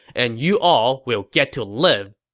and you all will get to live!